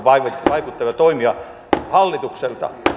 vaikuttavia toimia hallitukselta